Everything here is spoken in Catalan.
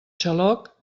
xaloc